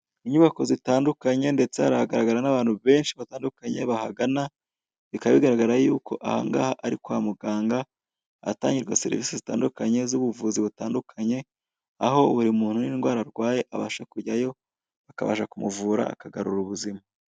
Inyubako zitandukanye ndetse haragaragara n'abantu benshi batandukanye bahagana, bikaba bigaragara yuko ahangaha ari kwa muganga ahatangirwa serivise zitandukanye, z'ubuvuzi butandukanye aho buri muntu n'indwara arwaye abasha kujyayo bakabasha kumuvura akagarura ubuzima.